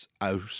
out